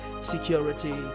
security